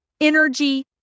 energy